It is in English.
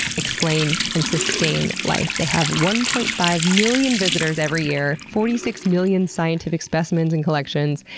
explain and sustain life. they have one point five million visitors every year, forty six million scientific specimens and collections.